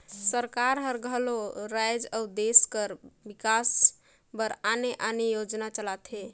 सरकार हर घलो राएज अउ देस कर बिकास बर आने आने योजना चलाथे